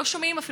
לא שומעים אפילו,